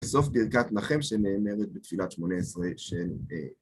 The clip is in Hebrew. סוף ברכת נחם, שנאמרת בתפילת שמונה עשרה של